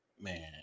man